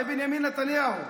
זה בנימין נתניהו.